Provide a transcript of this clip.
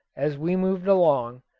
as we moved along,